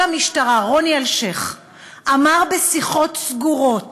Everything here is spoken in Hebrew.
המשטרה רוני אלשיך אמר בשיחות סגורות